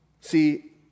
See